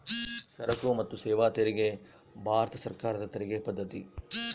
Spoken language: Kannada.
ಸರಕು ಮತ್ತು ಸೇವಾ ತೆರಿಗೆ ಭಾರತ ಸರ್ಕಾರದ ತೆರಿಗೆ ಪದ್ದತಿ